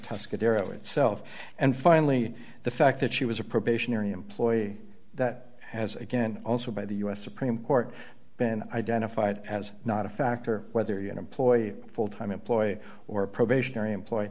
darrow itself and finally the fact that she was a probationary employee that has again also by the u s supreme court been identified as not a factor whether you're an employee full time employed or probationary employ